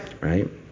right